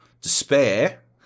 despair